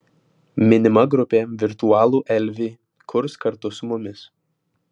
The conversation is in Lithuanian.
minima grupė virtualų elvį kurs kartu su mumis